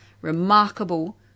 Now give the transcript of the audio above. remarkable